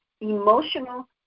emotional